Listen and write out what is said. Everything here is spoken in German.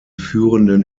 führenden